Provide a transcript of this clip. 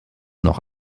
noch